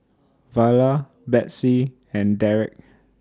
Viola Betsey and Dereck